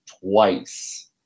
twice